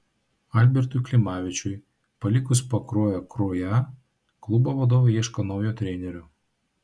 albertui klimavičiui palikus pakruojo kruoją klubo vadovai ieško naujo trenerio